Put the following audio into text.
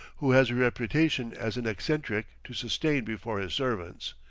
who has a reputation as an eccentric to sustain before his servants.